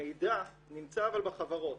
המידע נמצא הרי בחברות.